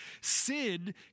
Sin